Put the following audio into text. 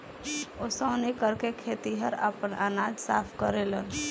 ओसौनी करके खेतिहर आपन अनाज साफ करेलेन